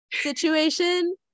situation